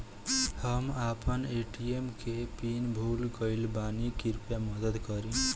हम आपन ए.टी.एम के पीन भूल गइल बानी कृपया मदद करी